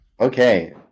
Okay